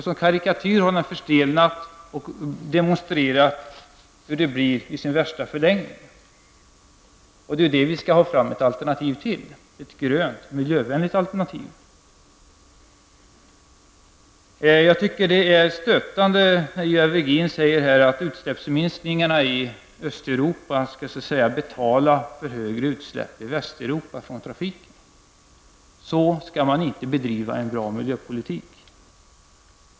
Som karikatyr har den stelnat och demonstrerar därmed hur det i den värsta förlängningen blir i det systemet. Det är det vi skall ha fram ett alternativ till -- ett grönt, miljövänligt alternativ. Jag tycker att det är stötande när Ivar Virgin här säger att utsläppsminskningarna i Östeuropa så att säga skall betala för högre utsläpp från trafiken i Västeuropa. Så skall man inte bedriva en bra miljöpolitik.